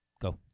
Go